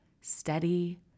steady